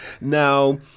Now